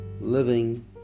living